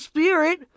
Spirit